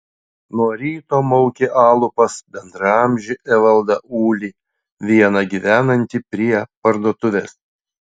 nuo ryto maukė alų pas bendraamžį evaldą ulį vieną gyvenantį prie parduotuvės